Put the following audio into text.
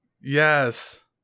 Yes